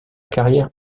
carrière